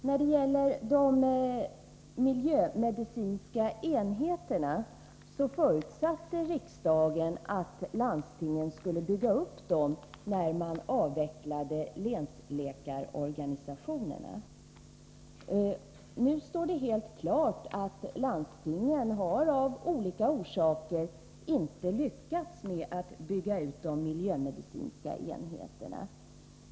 När det gäller de miljömedicinska enheterna förutsatte riksdagen att landstingen skulle bygga upp dem när man avvecklade länsläkarorganisationerna. Nu står det helt klart att landstingen av olika orsaker inte har lyckats med att bygga ut de miljömedicinska enheterna.